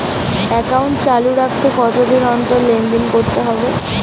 Account চালু রাখতে কতদিন অন্তর লেনদেন করতে হবে?